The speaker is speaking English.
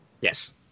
Yes